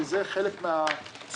כי זה חלק מהצורך,